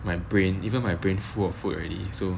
my brain even my brain full of food already so